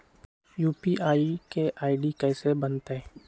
UPI के ID कैसे बनतई?